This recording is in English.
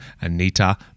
Anita